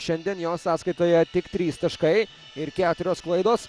šiandien jo sąskaitoje tik trys taškai ir keturios klaidos